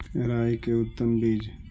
राई के उतम बिज?